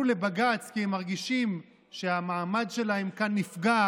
לבג"ץ כי הם מרגישים שהמעמד שלהם כאן נפגע